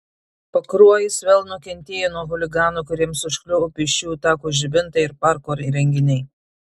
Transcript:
pakruojis vėl nukentėjo nuo chuliganų kuriems užkliuvo pėsčiųjų tako žibintai ir parko įrenginiai